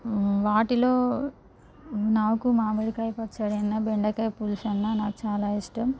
వాటిలో నాకు మామిడికాయ పచ్చడి అన్నా బెండకాయ పులుసు అన్నా చాలా ఇష్టం